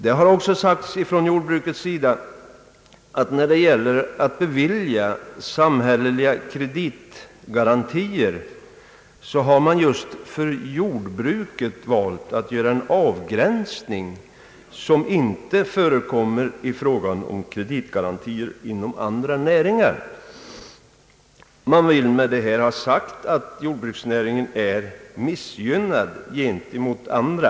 Det har också sagts från jordbrukets sida att när det gäller att bevilja samhälleliga kreditgarantier så har man just för jordbruket valt att göra en avgränsning som inte förekommer i fråga om kreditgarantier inom andra näringar. Man vill med detta ha sagt att jordbruksnäringen är missgynnad i jämförelse med andra.